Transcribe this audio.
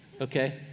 okay